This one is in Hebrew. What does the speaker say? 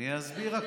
אני אסביר.